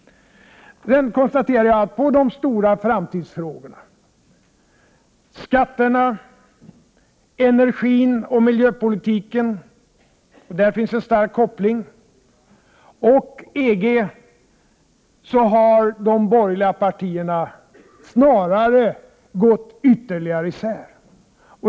När det gäller de stora framtidsfrågorna, skatterna, energin och miljöpolitiken — där finns en stark koppling — och EG så kan jag konstatera att de borgerliga partierna snarare har gått ytterligare isär.